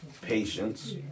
Patience